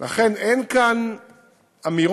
לכן, אין כאן אמירות